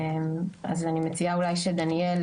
אז אני מציעה אולי שדניאל,